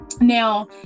Now